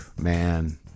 man